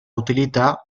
utilità